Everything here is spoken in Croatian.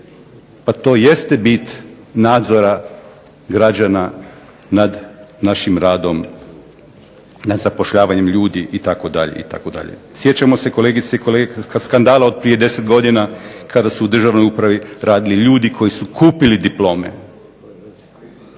Pa to jeste bit nadzora građana nad našim radom, nad zapošljavanjem ljudi itd., itd. Sjećamo se kolegice i kolega, skandala od prije 10 godina kada su u državnoj upravi radili ljudi koji su kupili diplome.